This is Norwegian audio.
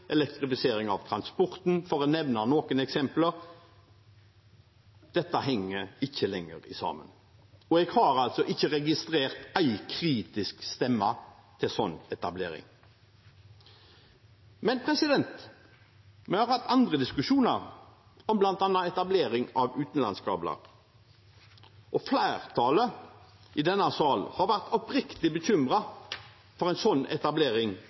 elektrifisering av sokkelen og elektrifisering av transporten, for å nevne noen eksempler. Dette henger ikke lenger sammen. Jeg har ikke registrert én kritisk stemme til sånn etablering. Men vi har hatt andre diskusjoner, bl.a. om etablering av utenlandskabler. Flertallet i denne salen har vært oppriktig bekymret for en sånn etablering